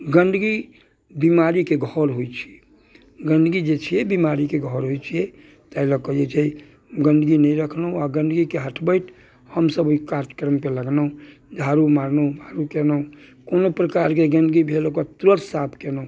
गन्दगी बीमारीके घर होइत छियै गन्दगी जे छै बीमारीके घर होइत छियै ताहि लऽ कऽ जे छै गन्दगी नहि रखलहुँ आ गन्दगी हटबैत हमसब ओहि कार्यक्रम पे लगलहुँ झाड़ू मारलहुँ बहारू कयलहुँ कोनो प्रकारके गन्दगी भेल ओकरा तुरत साफ कयलहुँ